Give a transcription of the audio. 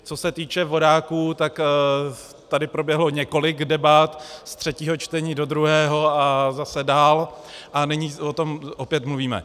Co se týče vodáků, tak tady proběhlo několik debat, z třetího čtení do druhého a zase dál, a nyní o tom opět mluvíme.